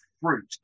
fruit